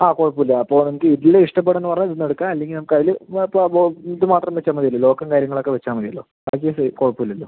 ആ കുഴപ്പം ഇല്ല അപ്പോൾ നമുക്ക് ഇതിൽ ഇഷ്ട്ടപ്പെടുന്ന പറഞ്ഞാൽ ഇതിൽ നിന്ന് എടുക്കാം അല്ലെങ്കിൽ നമുക്ക് അതില് മൊത്തം അപ്പം ഇത് മാത്രം വെച്ചാൽ മതി അല്ലൊ ലോക്കും കാര്യങ്ങൾ ഒക്ക വെച്ചാൽ മതി അല്ലൊ ബാക്കി ഇത് കുഴപ്പം ഇല്ലല്ലൊ